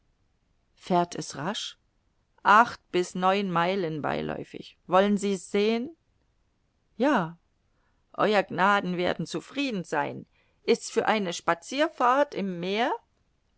fährt es rasch acht bis neun meilen beiläufig wollen sie's sehen ja ew gnaden werden zufrieden sein ist's für eine spazierfahrt im meer